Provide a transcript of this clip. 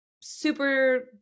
super